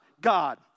God